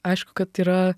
aišku kad yra